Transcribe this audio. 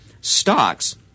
stocks